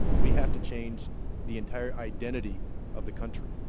we have to change the entire identify of the country.